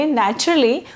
naturally